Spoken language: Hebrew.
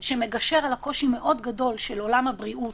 שמגשר על קושי מאוד גדול של עולם הבריאות,